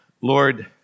Lord